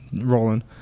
Rolling